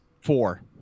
Four